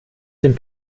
den